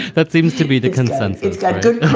that seems to be the concern. it's got good